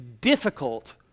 difficult